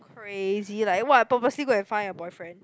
crazy like what purposely go and find a boyfriend